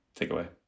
takeaway